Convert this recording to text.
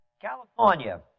California